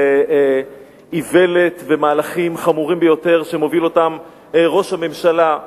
על איוולת ומהלכים חמורים יותר שמוביל ראש הממשלה,